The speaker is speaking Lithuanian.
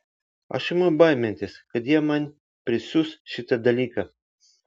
aš imu baimintis kad jie man prisiūs šitą dalyką